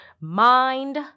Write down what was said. mind